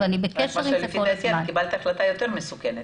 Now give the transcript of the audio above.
אבל קיבלת החלטה יותר מסוכנת,